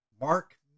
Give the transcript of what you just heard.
Mark